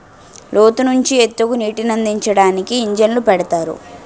లోతు నుంచి ఎత్తుకి నీటినందించడానికి ఇంజన్లు పెడతారు